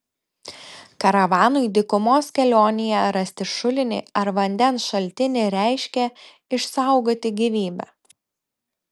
karavanui dykumos kelionėje rasti šulinį ar vandens šaltinį reiškė išsaugoti gyvybę